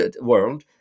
world